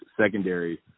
secondary